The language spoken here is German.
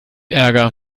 ärger